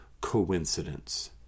coincidence